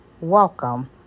welcome